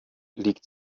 liegt